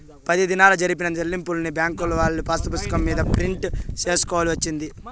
పది దినాల్లో జరిపిన సెల్లింపుల్ని బ్యాంకుకెళ్ళి పాసుపుస్తకం మీద ప్రింట్ సేసుకోవాల్సి వచ్చేది